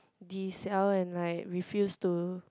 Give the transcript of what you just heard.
dee siao and like refuse to